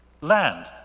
land